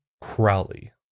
Crowley